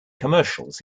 commercials